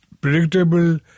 predictable